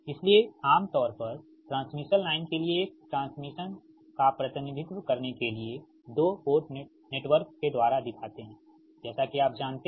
इसलिए आम तौर पर ट्रांसमिशन लाइन के लिए कि यह ट्रांसमिशन का प्रतिनिधित्व करने के लिए दो पोर्ट नेटवर्क के द्वारा दिखाते हैं जैसा कि आप जानते हैं